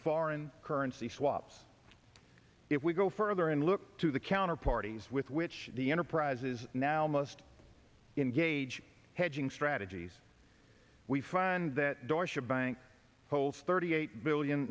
foreign currency swaps if we go further and look to the counter parties with which the enterprises now must engage hedging strategies we find that dorsch a bank holds thirty eight billion